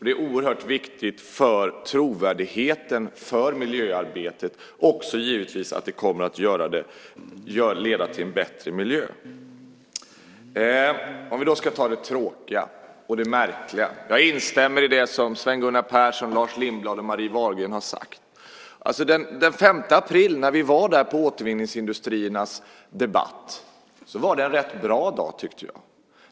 Det är oerhört viktigt för trovärdigheten för miljöarbetet. Det kommer också givetvis att leda till en bättre miljö. Om vi ska ta det tråkiga och det märkliga instämmer jag i det som Sven Gunnar Persson, Lars Lindblad och Marie Wahlgren har sagt. Den 5 april när vi var på Återvinningsindustriernas debatt var det en rätt bra dag, tyckte jag.